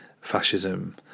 Fascism